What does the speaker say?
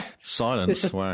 Silence